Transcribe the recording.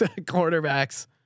quarterbacks